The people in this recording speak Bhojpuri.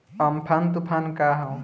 अमफान तुफान का ह?